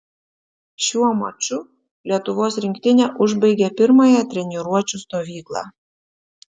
šiuo maču lietuvos rinktinė užbaigė pirmąją treniruočių stovyklą